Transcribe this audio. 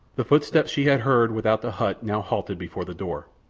the footsteps she had heard without the hut now halted before the door.